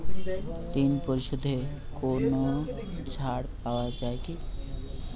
ঋণ পরিশধে কোনো ছাড় পাওয়া যায় কি?